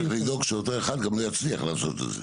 צריך לדאוג שאותו אחד גם לא יצליח לעשות את זה.